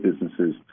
businesses